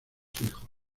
hijos